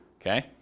okay